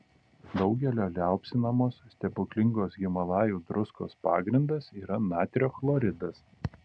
daugelio liaupsinamos stebuklingos himalajų druskos pagrindas yra natrio chloridas